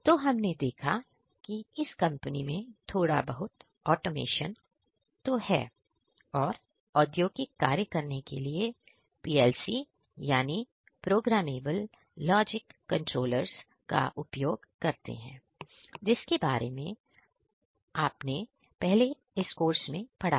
तो हमने देखा कि इस कंपनी में थोड़ा बहुत ऑटोमेशन तो है और औद्योगिक कार्य करने के लिए PLC Programmable Logic Controllers का उपयोग करते हैं जिसके बारे में आपने पहले इसी कोर्स में पढ़ा था